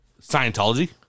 Scientology